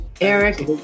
Eric